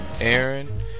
Aaron